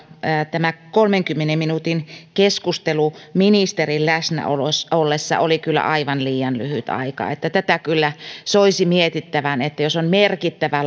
kolmenkymmenen minuutin keskustelu ministerin läsnä ollessa oli kyllä aivan liian lyhytaikainen niin että tätä kyllä soisi mietittävän että jos on merkittävä